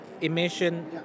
emission